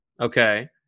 Okay